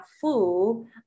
food